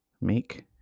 Make